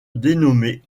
dénommé